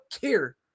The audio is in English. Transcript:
care